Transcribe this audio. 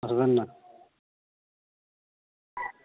আসবেন না